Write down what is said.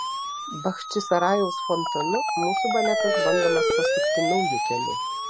bachčisarajaus fontanu mūsų baletas bandomas pasukti nauju keliu